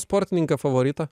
sportininką favoritą